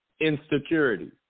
Insecurity